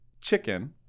chicken